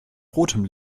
rotem